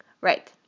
Right